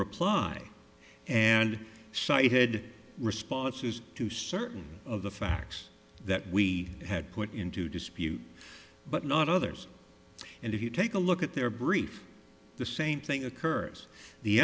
reply and cited responses to certain of the facts that we had put into dispute but not others and if you take a look at their brief the same thing occurs the